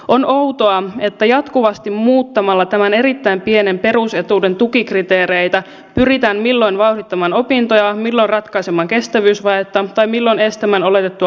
on outoa että jatkuvasti muuttamalla tämän erittäin pienen perusetuuden tukikriteereitä pyritään milloin vauhdittamaan opintoja milloin ratkaisemaan kestävyysvajetta milloin estämään oletettua laiskottelua